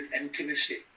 intimacy